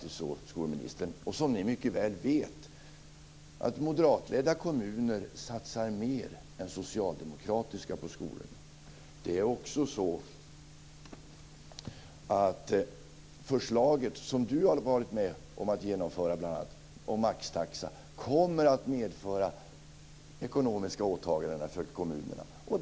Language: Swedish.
Skolministern vet mycket väl att moderatledda kommuner satsar mer än socialdemokratiska på skolorna. Det förslag om maxtaxa som skolministern har varit med om att genomföra kommer att medföra ekonomiska åtaganden för kommunerna.